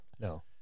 no